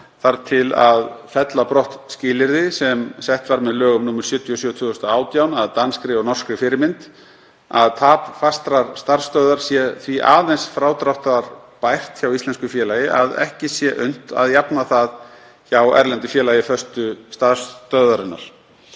lagt til að fella brott skilyrði sem sett var með lögum nr. 77/2018, að danskri og norskri fyrirmynd, að tap fastrar starfsstöðvar sé því aðeins frádráttarbært hjá íslensku félagi að ekki sé unnt að jafna það hjá erlendu félagi föstu starfsstöðvarinnar.